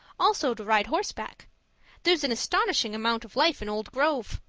also to ride horseback there's an astonishing amount of life in old grove.